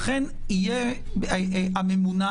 לכן הממונה